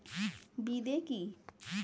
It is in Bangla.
বিদে কি?